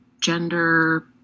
gender